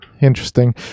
Interesting